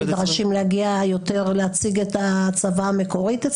נדרשים להגיע אליכם יותר ולהציג את הצוואה המקורית?